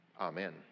Amen